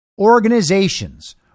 organizations